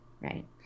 right